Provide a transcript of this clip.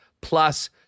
plus